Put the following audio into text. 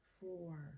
four